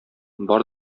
бар